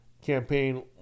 campaign